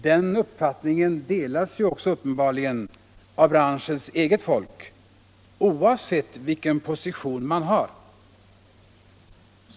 Den uppfattningen delas uppenbarligen av branschens eget folk oavsett vilken position man har.